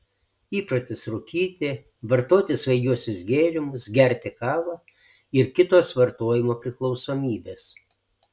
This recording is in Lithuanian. įprotis rūkyti vartoti svaigiuosius gėrimus gerti kavą ir kitos vartojimo priklausomybės